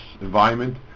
environment